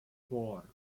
four